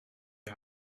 die